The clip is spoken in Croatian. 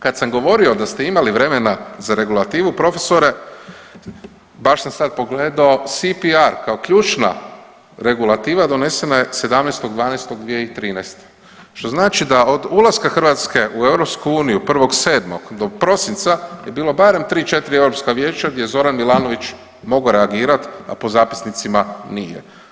Kad sam govorio da ste imali vremena za regulativu profesore, baš sam sad pogledao CPR kao ključna regulativa donesena je 17.12.2013. što znači da od ulaska Hrvatske u EU 1.7. do prosinca je bilo barem 3-4 Europska vijeća gdje je Zoran Milanović mogao reagirat, a po zapisnicima nije.